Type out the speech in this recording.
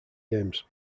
games